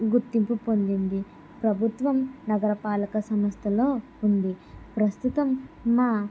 గుర్తింపు పొందింది ప్రభుత్వం నగరపాలక సంస్థలో ఉంది ప్రస్తుతం మా